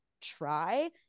try